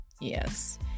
Yes